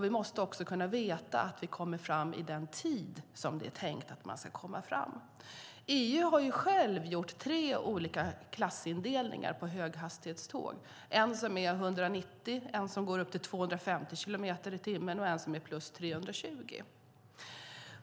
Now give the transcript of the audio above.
Vi måste också kunna veta att vi kommer fram vid den tid som det är tänkt att vi ska komma fram. EU har gjort tre olika klassindelningar av höghastighetståg, en som är 190, en som går upp till 250 och en som är 320 kilometer i timmen.